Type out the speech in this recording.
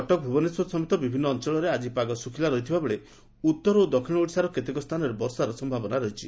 କଟକ ଭୁବନେଶ୍ୱର ସମେତ ବିଭିନ୍ନ ଅଞ୍ଚଳରେ ଆକି ପାଗ ଶୁଖ୍ୱଲା ରହିଥିବାବେଳେ ଉତ୍ତର ଓ ଦକ୍ଷିଣ ଓଡ଼ିଶାର କେତେକ ସ୍ରାନରେ ବର୍ଷାର ସମ୍ଭାବନା ରହିଛି